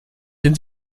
den